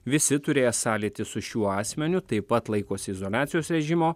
visi turėję sąlytį su šiuo asmeniu taip pat laikosi izoliacijos režimo